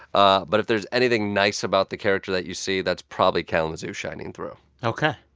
ah but if there's anything nice about the character that you see, that's probably kalamazoo shining through ok.